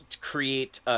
create